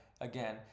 again